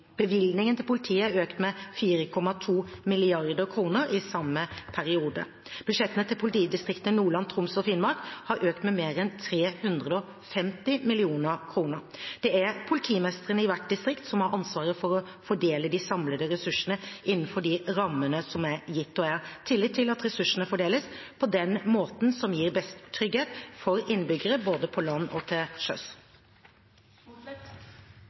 4,2 mrd. kr i samme periode. Budsjettene til politidistriktene Nordland, Troms og Finnmark har økt med mer enn 350 mill. kr. Det er politimestrene i hvert distrikt som har ansvaret for å fordele de samlede ressursene innenfor de rammene som er gitt. Jeg har tillit til at ressursene fordeles på den måten som gir best trygghet for innbyggerne, både på land og til